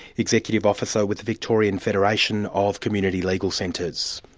executive officer with the victorian federation of community legal centres.